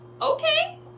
okay